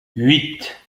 huit